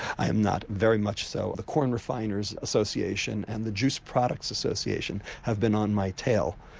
i am not, very much so. the corn refiners association and the juice products association have been on my tail,